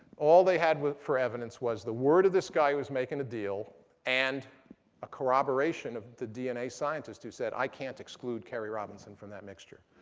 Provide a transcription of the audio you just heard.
all they had for evidence was the word of this guy who was making the deal and a corroboration of the dna scientist who said, i can't exclude kerry robinson from that mixture.